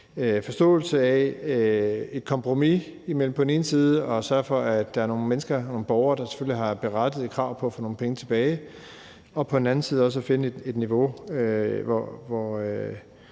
forståelse af et kompromis mellem på den ene side at sørge for, at der er nogle mennesker, nogle borgere, der selvfølgelig har et berettiget krav på at få nogle penge tilbage, og på den anden side at finde et niveau, hvor